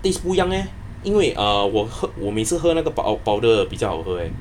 taste 不一样 eh 因为 uh 我喝我每次喝那个 pow~ powder 比较好喝